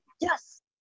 Yes